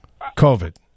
COVID